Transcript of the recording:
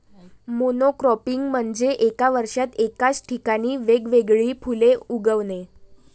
monocropping म्हणजे एका वर्षात एकाच ठिकाणी वेगवेगळी फुले उगवणे